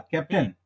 Captain